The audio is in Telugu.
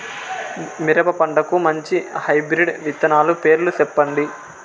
మిరప పంటకు మంచి హైబ్రిడ్ విత్తనాలు పేర్లు సెప్పండి?